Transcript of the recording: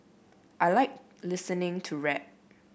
I like listening to rap